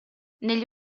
negli